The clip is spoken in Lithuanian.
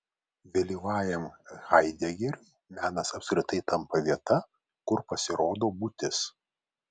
vėlyvajam haidegeriui menas apskritai tampa vieta kur pasirodo būtis